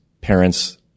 parents